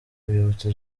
bibutse